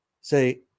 Say